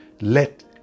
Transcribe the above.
Let